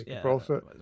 profit